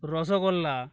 rasgulla